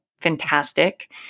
fantastic